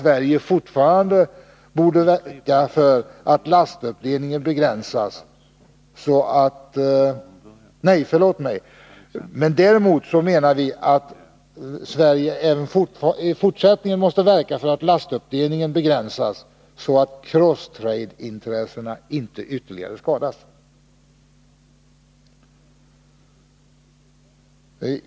Vi anser att Sverige fortfarande bör verka för att lastuppdelningen begränsas, så att crosstrade-intressena inte ytterligare skadas.